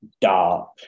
dark